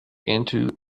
into